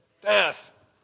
death